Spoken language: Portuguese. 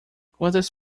quantas